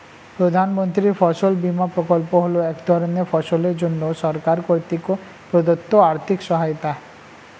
প্রধানমন্ত্রীর ফসল বিমা প্রকল্প হল এক ধরনের ফসলের জন্য সরকার কর্তৃক প্রদত্ত আর্থিক সহায়তা